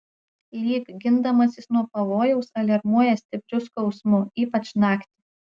lyg gindamasis nuo pavojaus aliarmuoja stipriu skausmu ypač naktį